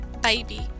baby